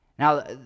Now